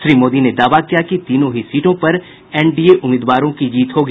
श्री मोदी ने दावा किया कि तीनों ही सीटों पर एनडीए उम्मीदवारों की जीत होगी